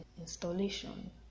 installation